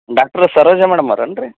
doctor Saroja ಮೇಡಮ್ಮವ್ರೇನ್ರಿ